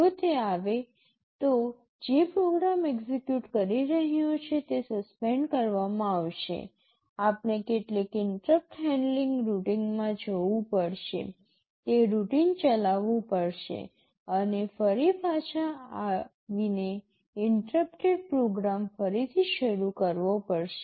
જો તે આવે તો જે પ્રોગ્રામ એક્ઝેક્યુટ કરી રહ્યો છે તે સસ્પેન્ડ કરવામાં આવશે આપણે કેટલીક ઇન્ટરપ્ટ હેન્ડલિંગ રૂટિનમાં જવું પડશે તે રૂટીન ચલાવવું પડશે અને પછી ફરી પાછા આવીને ઇન્ટરપ્ટેડ પ્રોગ્રામ ફરીથી શરૂ કરવો પડશે